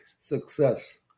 success